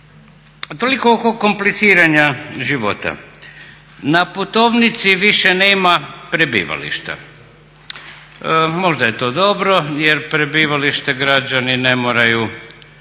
Toliko oko kompliciranja života. Na putovnici više nema prebivališta, možda je to dobro jer prebivalište građani ne moraju